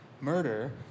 murder